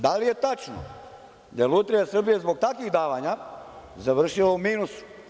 Da li je tačno da je Lutrija Srbije zbog takvih davanja završila u minusu?